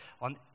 on